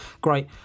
great